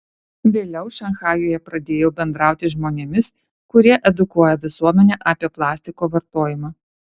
vėliau šanchajuje pradėjau bendrauti žmonėmis kurie edukuoja visuomenę apie plastiko vartojimą